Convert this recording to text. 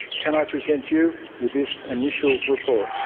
can i present you with this initial report.